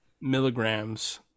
milligrams